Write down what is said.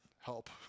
help